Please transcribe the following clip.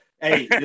hey